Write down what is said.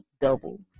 double